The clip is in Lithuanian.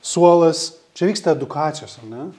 suolas čia vyksta edukacijos ar ne